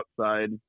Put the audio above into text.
outside